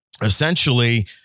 essentially